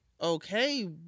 Okay